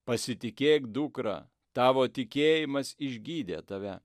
pasitikėk dukra tavo tikėjimas išgydė tave